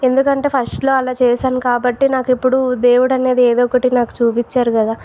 ఎందుకంటే ఫష్ట్లో అలా చేశాను కాబట్టే నాకు ఇపుడు దేవుడు అనేది ఏదో ఒకటి నాకు చూపించారు కదా